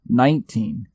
nineteen